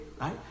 right